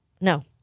no